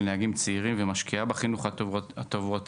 נהגים צעירים ומשקיע בחינוך התעבורתי.